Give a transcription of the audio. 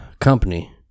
company